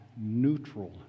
neutral